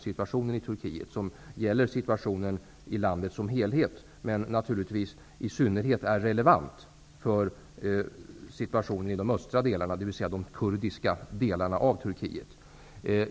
Den rapporten gäller situationen i landet i dess helhet, men den är särskilt relevant för situationen i landets östra delar, dvs. de kurdiska delarna.